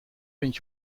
vindt